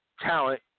talent